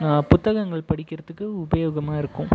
புத்தகங்கள் படிக்கிறத்துக்கு உபயோகமாக இருக்கும்